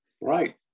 Right